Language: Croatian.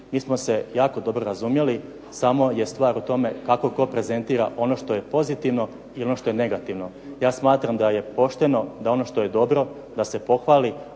Mi smo se jako dobro razumjeli, samo je stvar u tome kako tko prezentira ono što je pozitivno, i ono što je negativno. Ja smatram da je pošteno da ono što je dobro da se pohvali,